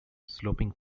sloping